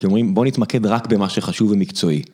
ואומרים בואו נתמקד רק במה שחשוב ומקצועי.